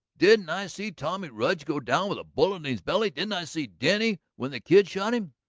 didn't i see tommy rudge go down with a bullet in his belly? didn't i see denny when the kid shot him?